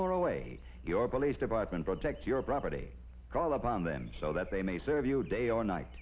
away your police department protect your property call upon them so that they may serve you a day or night